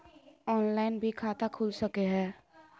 Online भी खाता खूल सके हय?